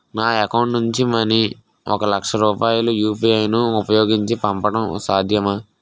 నా అకౌంట్ నుంచి మనీ ఒక లక్ష రూపాయలు యు.పి.ఐ ను ఉపయోగించి పంపడం సాధ్యమా?